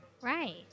Right